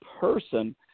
person